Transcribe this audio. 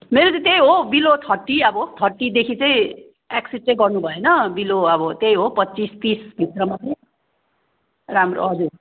मेरो त त्यही हो बिलो थर्टी अब थर्टीदेखि चाहिँ एक्सिड चाहिँ गर्नुभएन बिलो अब त्यही हो अब पच्चिस तिसभित्र मात्रै राम्रो हजुर